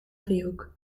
driehoek